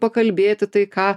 pakalbėti tai ką